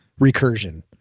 Recursion